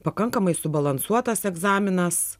pakankamai subalansuotas egzaminas